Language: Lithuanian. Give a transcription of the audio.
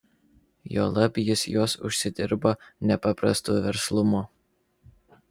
juolab jis juos užsidirbo nepaprastu verslumu